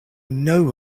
know